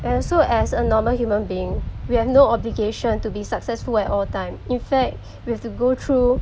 and also as a normal human being we have no obligation to be successful at all time in fact we've to go through